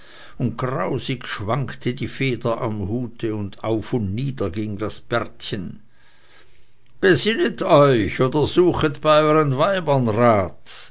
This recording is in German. und grausig schwankte die feder am hute und auf und niederging das bärtchen besinnet euch oder suchet bei euren weibern rat